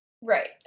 Right